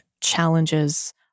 challenges